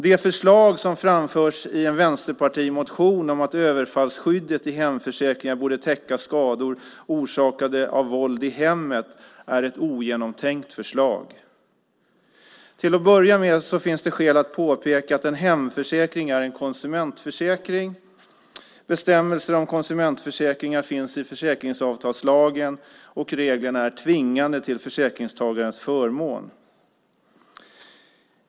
Det förslag som framförs i en vänsterpartimotion om att överfallsskyddet i hemförsäkringar borde täcka skador orsakade av våld i hemmet är ogenomtänkt. Till att börja med finns det skäl att påpeka att en hemförsäkring är en konsumentförsäkring. Bestämmelser om konsumentförsäkringar finns i försäkringsavtalslagen, och reglerna är tvingande till försäkringstagarens förmån.